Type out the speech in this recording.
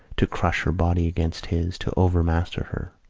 to crush her body against his, to overmaster her.